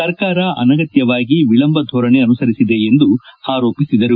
ಸರ್ಕಾರ ಅನಗತ್ಯವಾಗಿ ವಿಳಂಬ ಧೋರಣೆ ಅನುಸರಿಸಿದೆ ಎಂದು ಆರೋಪಿಸಿದರು